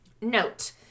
Note